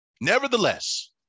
Nevertheless